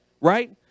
Right